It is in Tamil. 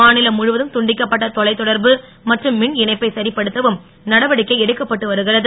மாநிலம் முழுவதும் துண்டிக்கப்பட்ட தொலைதொடர்பு மற்றும் மின்இணைப்பை சரிபடுத்தவும் நடவடிக்கை எடுக்கப்பட்டு வருகிறது